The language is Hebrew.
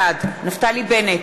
בעד נפתלי בנט,